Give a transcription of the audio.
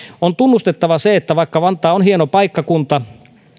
on tunnustettava se että vaikka vantaa on hieno paikkakunta